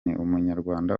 umunyarwanda